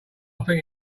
think